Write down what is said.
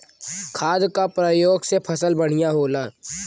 खाद क परयोग से फसल बढ़िया होला